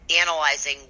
analyzing